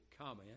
comment